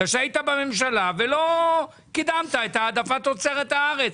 כיוון שהיית בממשלה ולא קידמת את העדפת תוצרת הארץ.